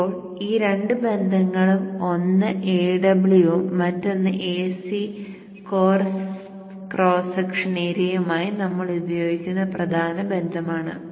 ഇപ്പോൾ ഈ രണ്ട് ബന്ധങ്ങളും ഒന്ന് Aw ഉം മറ്റൊന്ന് Ac കോർ ക്രോസ് സെക്ഷൻ ഏരിയയുമായി നമ്മൾ ഉപയോഗിക്കുന്ന പ്രധാന ബന്ധമാണ്